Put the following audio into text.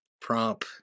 prompt